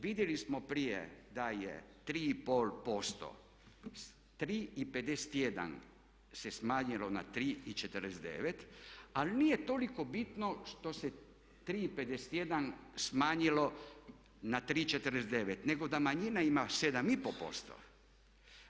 Vidjeli smo prije da je 3,5%, 3,51 se smanjilo na 3,49 ali nije toliko bitno što se 3,51 smanjilo na 3,49 nego da manjina ima 7,5%